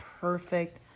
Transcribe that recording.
perfect